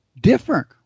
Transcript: different